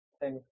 thanks